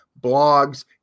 blogs